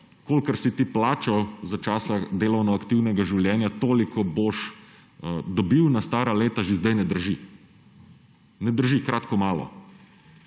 kolikor si ti plačal za časa delovno aktivnega življenja, toliko boš dobil na stara leta, že zdaj ne drži. Ne drži, kratko malo.